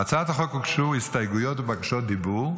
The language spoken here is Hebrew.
להצעת החוק הוגשו הסתייגויות ובקשות דיבור.